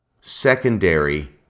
secondary